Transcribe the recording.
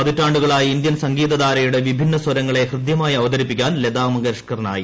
പതിറ്റാണ്ടുകളായി ഇന്ത്യൻ സംഗീതധാരയുടെ വിഭിന്ന സ്വരങ്ങളെ ഹൃദ്യമായി അവതരിപ്പിക്കാൻ ലതാ മങ്കേഷ്കറിനായി